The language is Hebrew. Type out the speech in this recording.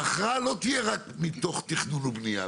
וההכרעה לא תהיה רק מתוך תכנון ובניה,